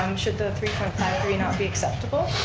um should the three point five three not be acceptable,